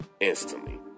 instantly